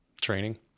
training